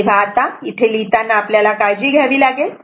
तेव्हा आता इथे लिहिताना आपल्याला काळजी घ्यावी लागेल